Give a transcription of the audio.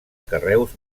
carreus